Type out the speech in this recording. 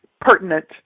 pertinent